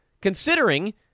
considering